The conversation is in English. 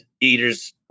Eaters